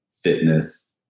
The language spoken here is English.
fitness